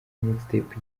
mixtape